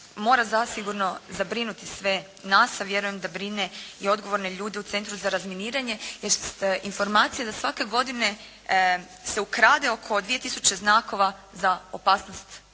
mora zasigurno zabrinuti sve nas a vjerujem da brine i odgovorne ljude u Centru za razminiranje jest informacija da svake godine se ukrade oko 2 tisuće znakova za opasnost